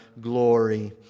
glory